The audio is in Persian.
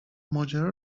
ماجرا